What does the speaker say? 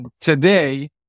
Today